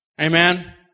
Amen